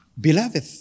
Beloved